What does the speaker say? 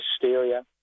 hysteria